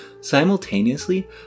Simultaneously